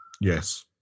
Yes